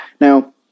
now